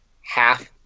half